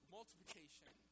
Multiplication